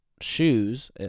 shoes